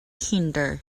hinder